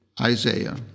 Isaiah